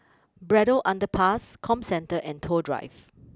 Braddell Underpass Comcentre and Toh Drive